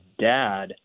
dad